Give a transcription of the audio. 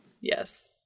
Yes